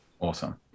Awesome